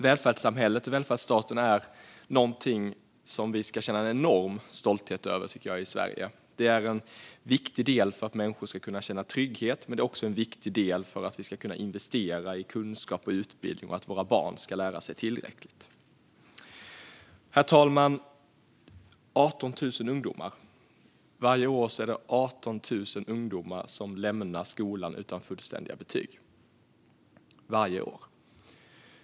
Välfärdssamhället och välfärdsstaten är något som vi ska känna en enorm stolthet över i Sverige. Det är en viktig del för att människor ska kunna känna trygghet och för att vi ska kunna investera i kunskap och utbildning och att våra barn ska lära sig tillräckligt. Herr talman! Varje år är det 18 000 ungdomar som lämnar skolan utan fullständiga betyg.